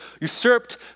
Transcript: usurped